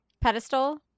pedestal